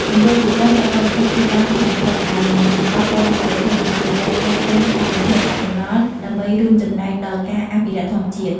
គម្រោងជាច្រើនប្រើប្រាស់វត្ថុធាតុដើមក្នុងស្រុកដែលមិនប៉ះពាល់ដល់បរិស្ថាន និងអនុវត្តគោលការណ៍កាត់បន្ថយកាកសំណល់ ដើម្បីរួមចំណែកដល់ការអភិរក្សធម្មជាតិ។